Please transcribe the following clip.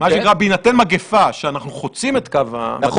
מה שנקרא, בהינתן שאנחנו חוצים את קו ה-200.